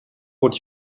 what